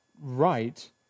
right